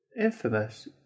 Infamous